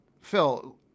Phil